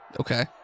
Okay